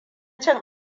cin